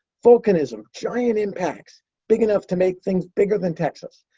volcanism, giant impacts big enough to make things bigger than texas.